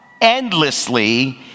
endlessly